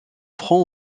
franc